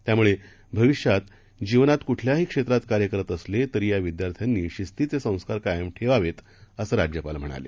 त्यामुळेभविष्यातजीवनातकुठल्याहीक्षेत्रातकार्यकरतअसलेतरीयाविद्यार्थ्यांनीशिस्तीचेसंस्कारकायमठेवावेत असंराज्यपालम्हणाले